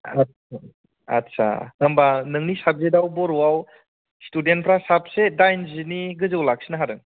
आथसा होमबा नोंनि साबजेक्टआव बर'याव स्टुदेन्टफ्रा साबोसे दाइनजिनि गोजौयाव लाखिनो हादों